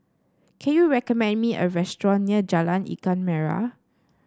can you recommend me a restaurant near Jalan Ikan Merah